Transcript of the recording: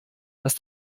dass